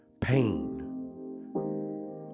pain